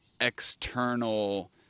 external